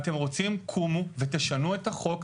אם אתם רוצים קומו ותשנו את החוק,